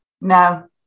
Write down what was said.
No